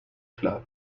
club